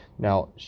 Now